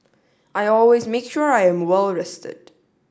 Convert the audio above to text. I always make sure I am well rested